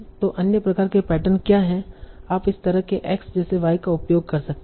तो अन्य प्रकार के पैटर्न क्या हैं आप इस तरह के x जैसे y का उपयोग कर सकते हैं